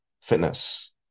fitness